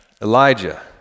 Elijah